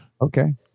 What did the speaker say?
Okay